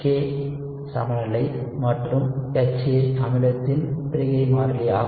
K சமநிலை மற்றும் HA அமிலத்தின் பிரிகை மாறிலி ஆகும்